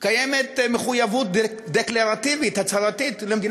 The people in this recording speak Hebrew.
קיימת מחויבות דקלרטיבית, הצהרתית, למדינה